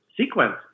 sequence